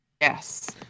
Yes